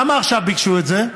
למה עכשיו ביקשו את זה?